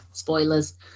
spoilers